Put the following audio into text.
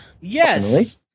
Yes